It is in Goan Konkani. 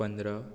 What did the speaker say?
पंदरा